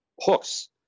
hooks